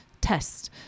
test